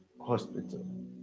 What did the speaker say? hospital